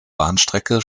bahnstrecke